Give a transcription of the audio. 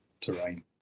terrain